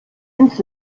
ins